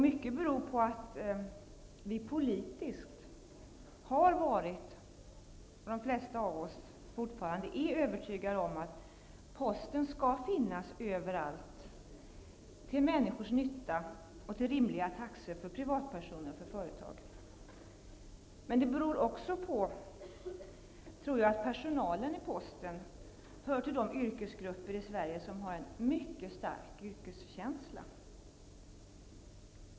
Mycket beror på att vi politiskt har varit övertygade om, och de flesta av oss är det fortfarande, att posten skall finnas överallt, till människors nytta och till rimliga taxor för privatpersoner och företag. Men det beror också på att personalen inom posten hör till de yrkesgrupper i Sverige som har en mycket stark yrkeskänsla.